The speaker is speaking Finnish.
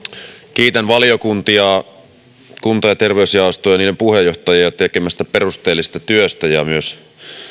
kiitän valiokuntia ja kunta ja terveysjaostoa ja niiden puheenjohtajia perusteellisesta työstä ja myös